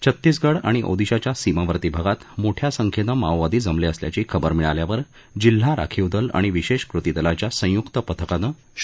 छत्तीसगड आणि ओदिशाच्या सीमावर्ती भागात मोठ्या संख्येनं माओवादी जमले असल्याची खबर मिळाल्यावर जिल्हा राखीव दल आणि विशेष कृती दलांच्या संयुक्त पथकानं शोधमोहिम राबवली होती